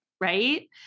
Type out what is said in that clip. right